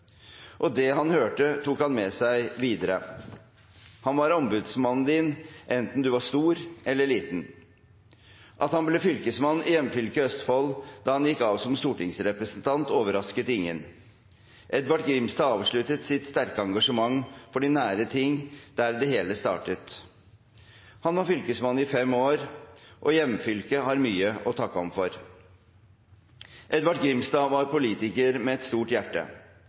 Og det han hørte, tok han med seg videre. Han var ombudsmannen din enten du var stor eller liten. At han ble fylkesmann i hjemfylket Østfold da han gikk av som stortingsrepresentant, overrasket ingen. Edvard Grimstad avsluttet sitt sterke engasjement for de nære ting der det hele startet. Han var fylkesmann i fem år, og hjemfylket har mye å takke ham for. Edvard Grimstad var politiker med et stort hjerte.